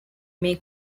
may